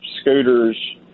Scooter's